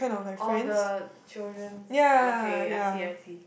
all the children okay I see I see